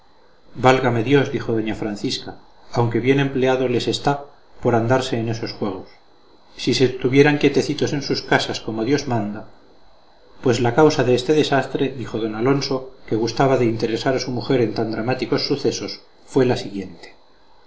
barco válgame dios dijo doña francisca aunque bien empleado les está por andarse en esos juegos si se estuvieran quietecitos en sus casas como dios manda pues la causa de este desastre dijo don alonso que gustaba de interesar a su mujer en tan dramáticos sucesos fue la siguiente